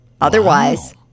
otherwise